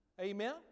Amen